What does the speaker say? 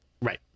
Right